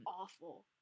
awful